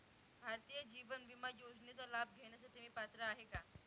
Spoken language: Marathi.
भारतीय जीवन विमा योजनेचा लाभ घेण्यासाठी मी पात्र आहे का?